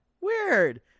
Weird